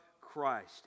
Christ